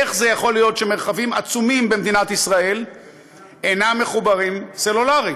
איך זה יכול להיות שמרחבים עצומים במדינת ישראל אינם מחוברים סלולרית,